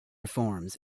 reforms